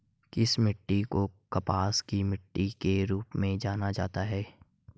किस मिट्टी को कपास की मिट्टी के रूप में जाना जाता है?